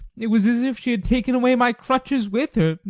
it was as if she had taken away my crutches with her,